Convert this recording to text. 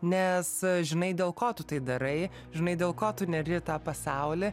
nes žinai dėl ko tu tai darai žinai dėl ko tu neri į tą pasaulį